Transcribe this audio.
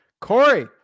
Corey